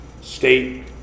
state